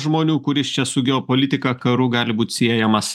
žmonių kuris čia su geopolitika karu gali būt siejamas